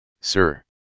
sir